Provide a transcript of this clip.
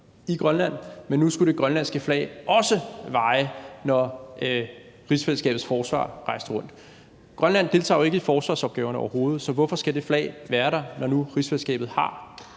i Grønland, men nu skulle det grønlandske flag også vaje, når rigsfællesskabets forsvar rejste rundt. Grønland deltager jo ikke i forsvarsopgaverne overhovedet, så hvorfor skal det flag være der, når nu rigsfællesskabet har